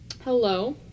Hello